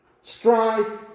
Strife